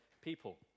people